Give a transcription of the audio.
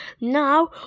Now